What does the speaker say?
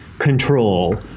control